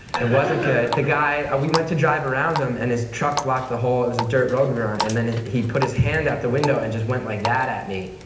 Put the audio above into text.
and wasn't good. the guy, ah, we went to drive around him, and his truck blocked the whole, it was a dirt road we were on, and then he put his hand out the window and just went like that at me.